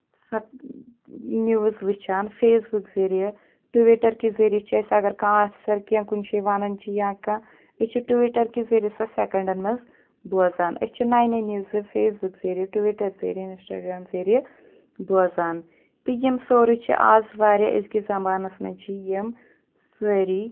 سۄ نیوٕز وٕچھان Facebook ذٔریعہٕ ٹُویٖٹر کہِ ذٔریعہٕ چھِ أسۍ اگر کانٛہہ آفسر کینٛہہ کُنہِ چھِ ونان چھِ یا کانٛہہ أسۍ چھِ ٹُویٖٹر کہِ ذٔریعہٕ سۄ سٮ۪کنڈن منٛز بوزان أسۍ چھِ نیہِ نیہِ نیوزٕ فیس بُک ذٔریعہٕ ٹُویٖٹر ذٔریعہٕ انسٹاگرام ذٔریعہٕ بوزان تہٕ یِم سورُے چھِ آز واریاہ أزکِس زمانس منٛز چھِ یِم سٲری